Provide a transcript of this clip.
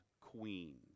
queen